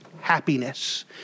happiness